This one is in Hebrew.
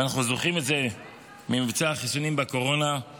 ואנחנו זוכרים את זה ממבצע החיסונים בקורונה,